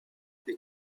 est